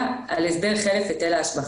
נלקח בחשבון בין היתר הכנסה צפויה מחלף היטל השבחה